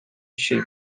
ship